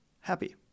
happy